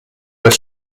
were